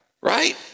right